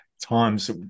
times